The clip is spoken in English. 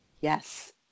Yes